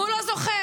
הוא לא זוכר.